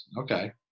Okay